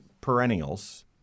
perennials